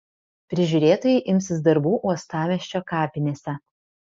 prižiūrėtojai imsis darbų uostamiesčio kapinėse